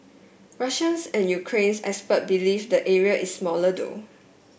Russians and Ukrainian expert believe the area is smaller though